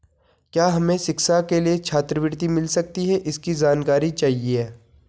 क्या हमें शिक्षा के लिए छात्रवृत्ति मिल सकती है इसकी जानकारी चाहिए?